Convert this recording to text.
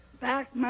back